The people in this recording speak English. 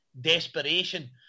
desperation